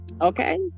okay